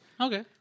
Okay